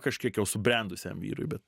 kažkiek jau subrendusiam vyrui bet